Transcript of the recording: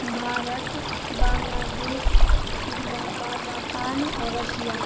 Bharat Bangladesh Sri Lanka Japan आ रसिया